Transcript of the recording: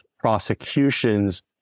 prosecutions